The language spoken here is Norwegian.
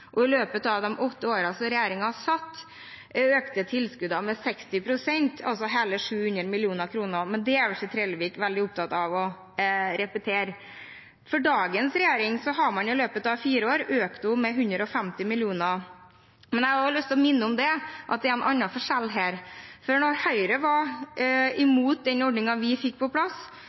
og i løpet av de åtte årene som regjeringen satt, økte tilskuddene med 60 pst., altså hele 700 mill. kr, men det er ikke representanten Trellevik veldig opptatt av å repetere. Dagens regjering har i løpet av fire år økt tilskuddene med 150 mill. kr. Jeg har også lyst til å minne om at det er en annen forskjell her. For mens Høyre var imot den ordningen vi fikk på plass,